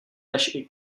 než